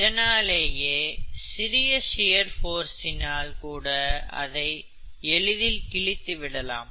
இதனாலேயே சிறிய ஷியர் போர்சினால் கூட அதை எளிதில் கிழித்துவிடலாம்